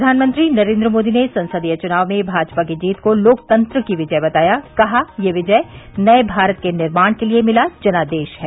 प्रधानमंत्री नरेन्द्र मोदी ने संसदीय चुनाव में भाजपा की जीत को लोकतंत्र की विजय बताया कहा यह विजय नये भारत के निर्माण के लिये मिला जनादेश है